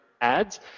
ads